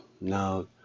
Now